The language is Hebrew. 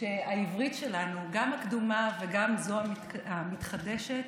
שהעברית שלנו, גם הקדומה וגם זו המתחדשת,